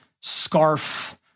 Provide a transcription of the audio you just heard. scarf